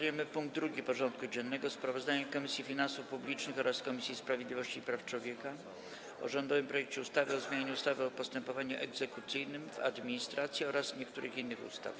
Powracamy do rozpatrzenia punktu 2. porządku dziennego: Sprawozdanie Komisji Finansów Publicznych oraz Komisji Sprawiedliwości i Praw Człowieka o rządowym projekcie ustawy o zmianie ustawy o postępowaniu egzekucyjnym w administracji oraz niektórych innych ustaw.